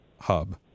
hub